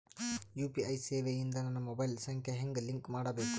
UPI ಸೇವೆ ಇಂದ ನನ್ನ ಮೊಬೈಲ್ ಸಂಖ್ಯೆ ಹೆಂಗ್ ಲಿಂಕ್ ಮಾಡಬೇಕು?